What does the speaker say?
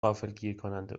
غافلگیرکننده